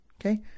Okay